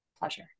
Pleasure